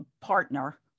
partner